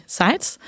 sites